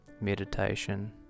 meditation